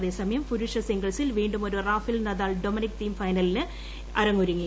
അതേ സമയം പുരുഷ സിംഗിൾസിൽ വീണ്ടുമൊരു റാഫേൽ നദാൽ ഡൊമിനിക്ക് തീം അൈനലിന് അരങ്ങൊരുങ്ങി